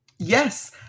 Yes